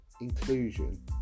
Inclusion